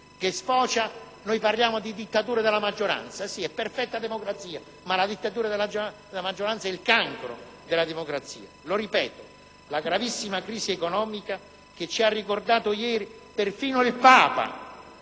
che noi definiamo dittatura della maggioranza. Sì, siamo in una perfetta democrazia, ma la dittatura della maggioranza è il cancro della democrazia. Lo ripeto, la gravissima crisi economica che ci ha ricordato ieri lo stesso Papa